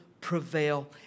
prevail